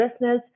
business